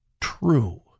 true